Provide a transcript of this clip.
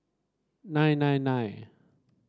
nine nine nine